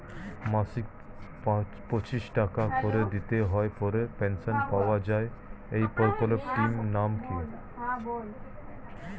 মাসিক পঁচিশ টাকা করে দিতে হয় পরে পেনশন পাওয়া যায় এই প্রকল্পে টির নাম কি?